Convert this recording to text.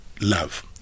love